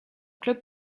club